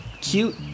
cute